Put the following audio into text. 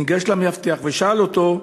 ניגש למאבטח ושאל אותו: